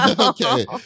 Okay